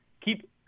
keep